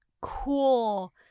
cool